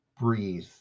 breathe